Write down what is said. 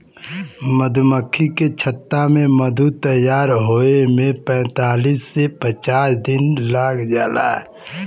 मधुमक्खी के छत्ता में मधु तैयार होये में पैंतालीस से पचास दिन लाग जाला